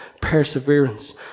perseverance